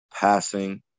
passing